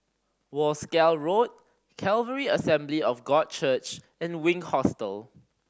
Wolskel Road Calvary Assembly of God Church and Wink Hostel